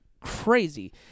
crazy